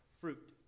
fruit